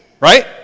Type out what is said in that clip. right